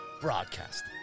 broadcast